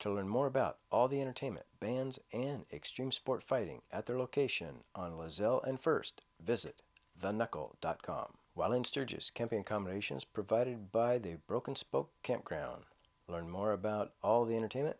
to learn more about all the entertainment bans and extreme sport fighting at their location on less gel and first visit the knuckle dot com while in sturgis campaign combinations provided by the broken spoke campground learn more about all the entertainment